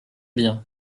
bien